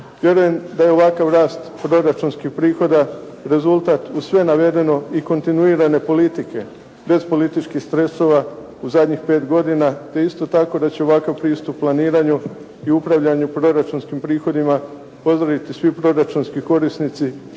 Vjerujem da je ovakav rast proračunskih prihoda rezultat uz sve navedeno i kontinuirane politike bez političkih stresova u zadnjih 5 godina. Te isto tako da će ovakav pristup planiranju i upravljanju proračunskim prihodima pozdraviti svi proračunski korisnici